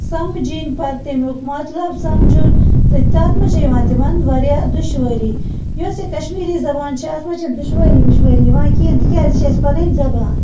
سمجِنۍ پتہٕ تَمیُک مطلب سمجھُن تہٕ تَتھ مںٛز چھےٚ یِوان تِمن واریاہ دُشوٲری یۄس یہِ کشمیٖری زبان چھِ اَتھ منٛز چھےٚ دُشوٲری وُشوٲری یِوان کِہیٖنۍ تِکیٛازِ یہِ چھےٚ اَسہِ پنٕنۍ زبان